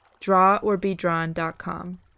draworbedrawn.com